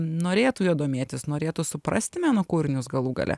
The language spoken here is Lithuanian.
norėtų juo domėtis norėtų suprasti meno kūrinius galų gale